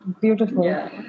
beautiful